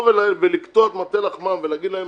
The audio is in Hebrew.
ולקטוע את מטה לחמם ולהגיד להם,